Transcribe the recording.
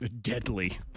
Deadly